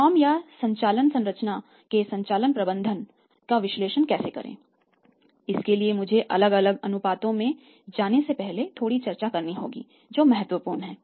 firm या संचालन संरचना के संचालन प्रबंधन का विश्लेषण कैसे करें इसके लिए मुझे अलग अलग अनुपातों में जाने से पहले थोड़ी चर्चा करनी होगी जो महत्वपूर्ण हैं